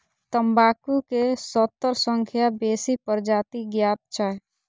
तंबाकू के सत्तर सं बेसी प्रजाति ज्ञात छै